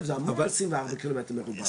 זה המון 24 קילומטר מרובע.